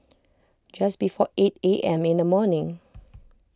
just before eight A M in the morning